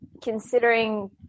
considering